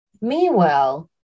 Meanwhile